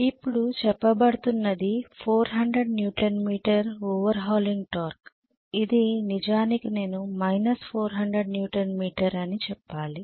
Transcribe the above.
ఇప్పుడు చెప్పబడుతున్నది 400 newton metre overhauling torque ఇది నిజానికి నేను 400 న్యూటన్ మీటర్ అని చెప్పాలి